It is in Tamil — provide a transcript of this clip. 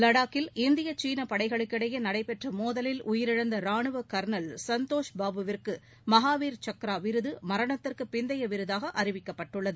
லடாக்கில் இந்திய சீன படைகளுக்கிடையே நடைபெற்ற மோதலில் உயிரிழந்த ரானுவ கர்னல் சந்தோஷ் பாபுவிற்கு மகாவீர் சக்ரா விருது மரணத்திற்கு பிந்தைய விருதாக அறிவிக்கப்பட்டுள்ளது